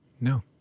No